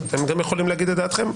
אתם גם יכולים להגיד את דעתכם.